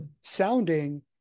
Sounding